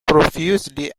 profusely